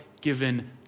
given